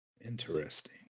Interesting